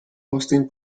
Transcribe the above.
austin